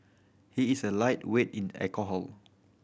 he is a lightweight in alcohol